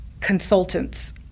consultants